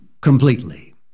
completely